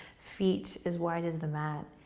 feet as wide as the mat.